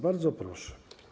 Bardzo proszę.